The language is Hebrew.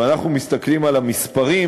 אם אנחנו מסתכלים על המספרים,